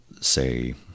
say